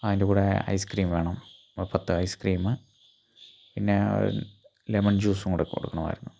അയിൻ്റെ കൂടെ ഐസ്ക്രീം വേണം പത്ത് ഐസ്ക്രീം പിന്നെ ലെമൺ ജ്യൂസ് കൂടെ കൊടുക്കണമായിരുന്നു